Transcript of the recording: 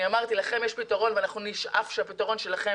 אמרתי, לכם יש פתרון ואנחנו נשאף שהפתרון שלכם